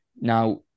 Now